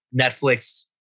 Netflix